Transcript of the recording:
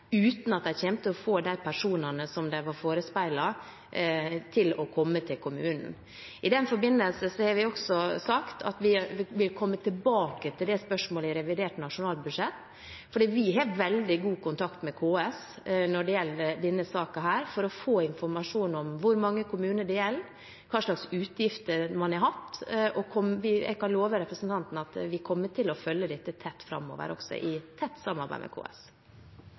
uten at de kommer til å få de personene som de var forespeilet, til kommunen. I den forbindelse har vi sagt at vi vil komme tilbake til det spørsmålet i revidert nasjonalbudsjett. Vi har veldig god kontakt med KS når det gjelder denne saken, for å få informasjon om hvor mange kommuner det gjelder, og hva slags utgifter man har hatt. Jeg kan love representanten at vi kommer til å følge dette tett framover også, i tett samarbeid med KS.